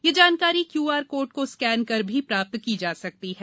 यह जानकारी QR code को स्केन कर भी प्राप्त की जा सकती है